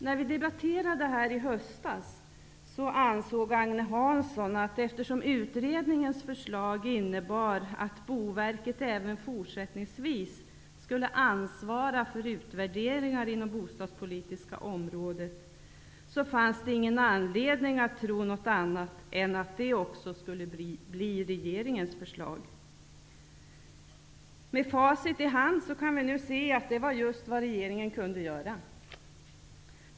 När vi debatterade detta i höstas, ansåg Agne Hansson att det, eftersom utredningens förslag innebar att Boverket även fortsättningsvis skulle ansvara för utvärderingar inom det bostadspolitiska området, inte fanns någon anledning att tro något annat än att det också skulle bli regeringens förslag. Med facit i hand kan vi nu se att det var just vad regeringen kunde göra.